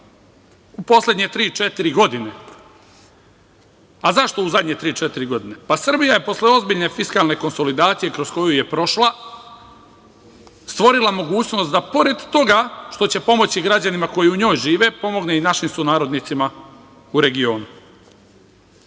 u poslednje tri, četiri godine. A, zašto u zadnje tri, četiri godine? Srbija je posle ozbiljne fiskalne konsolidacije, kroz koju je prošla, stvorila mogućnosti da, pored toga što će pomoći građanima koji u njoj žive, pomogne i našim sunarodnicima, u regionu.